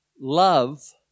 love